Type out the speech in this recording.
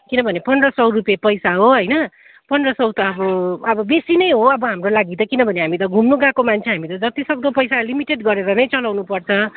किनभने पन्ध्र सय रुपियाँ पैसा हो होइन पन्ध्र सय त अब अब बेसी नै हो अब हाम्रो लागि त किनभने हामी त घुम्नु गएको मान्छे हामी त जतिसक्दो पैसा लिमिटेड गरेर नै चलाउनुपर्छ